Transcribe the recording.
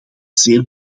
zeer